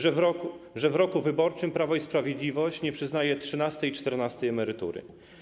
Że w roku wyborczym Prawo i Sprawiedliwość nie przyznaje trzynastej i czternastej emerytury.